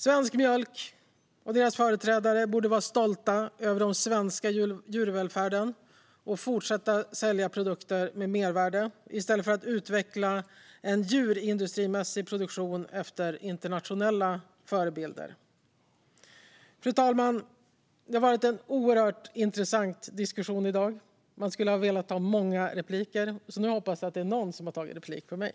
Svensk Mjölk och deras företrädare borde vara stolta över den svenska djurvälfärden och borde fortsätta vilja sälja produkter med mervärde i stället för att utveckla en djurindustrimässig produktion efter internationella förebilder. Fru talman! Det har varit en oerhört intressant diskussion i dag, och jag skulle ha velat begära många repliker. Nu hoppas jag att någon har begärt replik på mig.